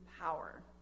power